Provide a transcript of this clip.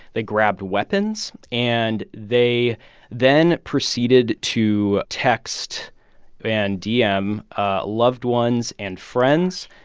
they grabbed weapons. and they then proceeded to text and dm ah loved ones and friends,